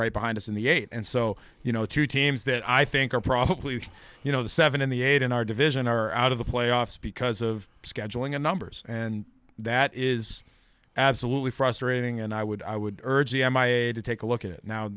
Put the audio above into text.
right behind us in the eight and so you know two teams that i think are probably you know the seven in the eight in our division are out of the playoffs because of scheduling and numbers and that is absolutely frustrating and i would i would urge the m i a to take a look at it now